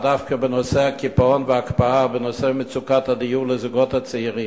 דווקא בנושא הקיפאון וההקפאה בנושא מצוקת הדיור לזוגות הצעירים.